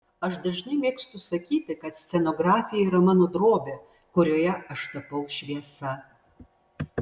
aš dažnai mėgstu sakyti kad scenografija yra mano drobė kurioje aš tapau šviesa